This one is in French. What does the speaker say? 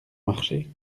marché